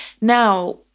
now